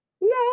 no